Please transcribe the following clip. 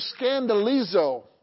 scandalizo